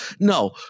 no